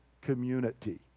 community